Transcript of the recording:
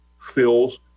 fills